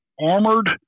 armored